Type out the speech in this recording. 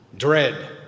dread